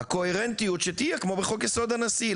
הקוהרנטיות שתהיה כמו בחוק יסוד הנשיא.